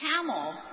camel